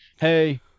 hey